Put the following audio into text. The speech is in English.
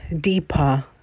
deeper